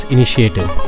Initiative